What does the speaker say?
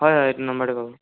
হয় হয় এইটো নাম্বাৰতে কৰিব